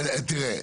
תראה,